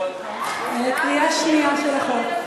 קריאה שנייה של החוק.